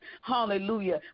hallelujah